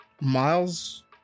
Miles